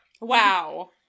Wow